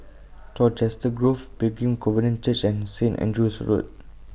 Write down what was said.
Colchester Grove Pilgrim Covenant Church and Saint Andrew's Road